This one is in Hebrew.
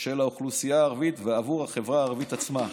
של האוכלוסייה הערבית ועבור החברה הערבית עצמה.